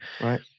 Right